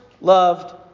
loved